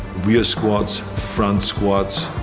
rear squats, front squats,